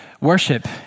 worship